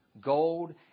gold